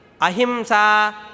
Ahimsa